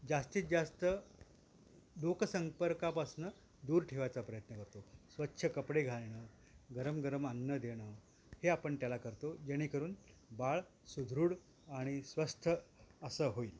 जास्तीत जास्त लोकसंपर्कापासून दूर ठेवायचा प्रयत्न करतो स्वच्छ कपडे घालणं गरम गरम अन्न देणं हे आपण त्याला करतो जेणेकरून बाळ सुदृढ आणि स्वस्थ असं होईल